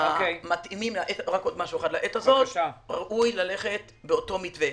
המתאימים לעת הזאת ראוי ללכת באותו מתווה.